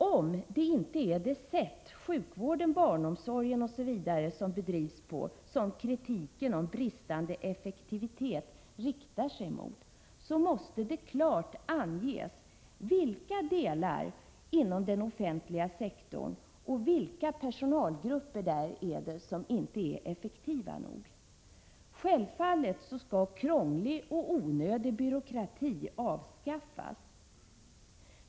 Om det inte är det sätt varpå sjukvården, barnomsorgen osv. bedrivs som avses när man riktar kritik mot verksamheten för bristande effektivitet, måste det klart anges vilka delar inom den offentliga sektorn och vilka personalgrupper som inte är tillräckligt effektiva. Självfallet skall krånglig och onödig byråkrati avskaffas.